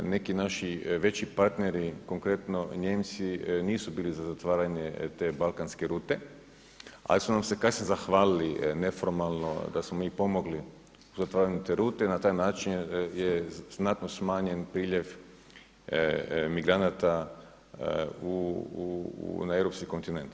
Neki naši veći partneri konkretno Nijemci nisu bili za zatvaranje te balkanske rute, ali su nam se kasnije zahvalili neformalno da smo mi pomogli u zatvaranju te rute i na taj način je znatno smanjen priljev migranata na europski kontinent.